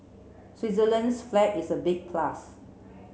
Switzerland's flag is a big plus